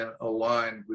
aligned